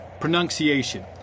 pronunciation